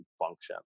function